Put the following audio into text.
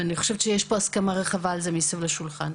ואני חושבת שיש פה הסכמה רחבה על זה מסביב לשולחן.